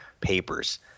papers